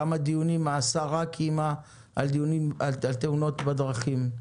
כמה דיונים השרה קיימה על תאונות בדרכים?